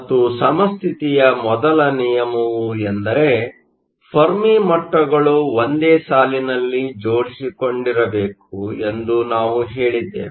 ಮತ್ತು ಸಮಸ್ಥಿತಿಯ ಮೊದಲ ನಿಯಮವು ಎಂದರೆ ಫೆರ್ಮಿ ಮಟ್ಟಗಳು ಒಂದೇ ಸಾಲಿನಲ್ಲಿ ಜೊಡಿಸಿಕೊಂಡಿರಬೇಕು ಎಂದು ನಾವು ಹೇಳಿದ್ದೇವೆ